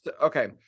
Okay